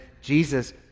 Jesus